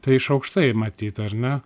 tai iš aukštai matyt ar ne